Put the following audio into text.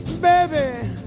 Baby